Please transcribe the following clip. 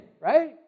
right